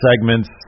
segments